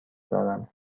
دارم